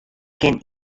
kin